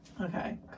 Okay